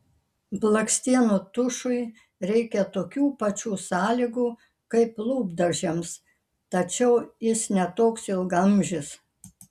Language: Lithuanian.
blakstienų tušui reikia tokių pačių sąlygų kaip lūpdažiams tačiau jis ne toks ilgaamžis